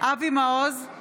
אבי מעוז,